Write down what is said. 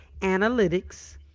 Analytics